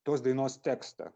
tos dainos tekstą